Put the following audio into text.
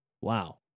Wow